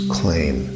claim